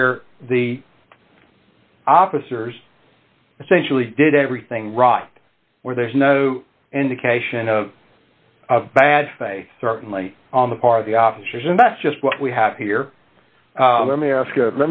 where the officers essentially did everything right where there's no indication of bad faith certainly on the part of the officers and that's just what we have here let me ask